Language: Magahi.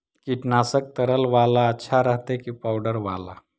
कीटनाशक तरल बाला अच्छा रहतै कि पाउडर बाला?